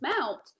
mount